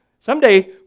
Someday